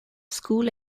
school